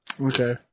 Okay